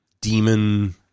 demon